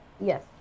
Yes